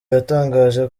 yatangaje